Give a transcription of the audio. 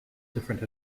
different